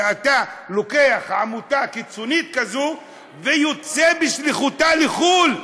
שאתה לוקח עמותה קיצונית כזאת ויוצא בשליחותה לחו"ל.